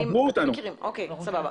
אוקיי, סבבה.